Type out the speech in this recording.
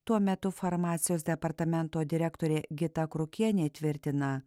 tuo metu farmacijos departamento direktorė gita krukienė tvirtina